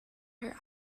her